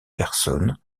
personnes